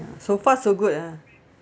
so far so good ah